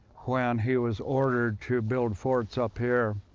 when he was ordered to build forts up here